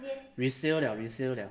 resale liao resale liao